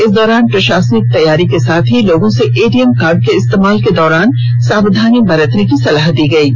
इस दौरान प्रशासनिक तैयारी के साथ ही लोगों से एटीएम कार्ड के इस्तेमाल के दौरान सावधानी बरतने की सलाह दी गई है